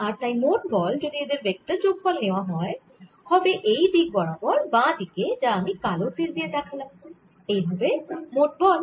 আর তাই মোট বল যদি এদের ভেক্টর যোগফল নেওয়া হয় হবে এই দিক বরাবার বাঁ দিকে যা আমি কালো তীর দিয়ে দেখালাম এই হবে মোট বল